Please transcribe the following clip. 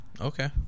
Okay